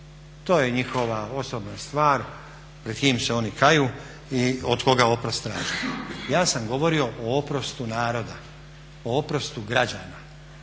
To je njihova osobna stvar pred kim se oni kaju i od koga oprost traže. Ja sam govorio o oprostu naroda, o oprostu građana,